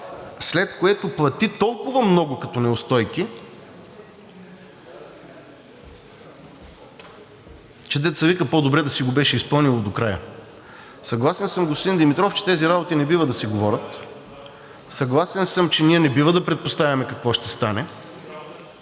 след което плати толкова много като неустойки, че дето се вика, по-добре да си го беше изпълнил до края. Съгласен съм, господин Димитров, че тези работи не бива да се говорят, съгласен съм, че ние не бива да предпоставяме какво ще стане,